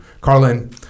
Carlin